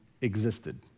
existed